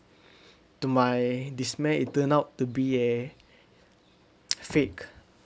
to my dismay it turned out to be a fake